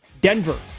Denver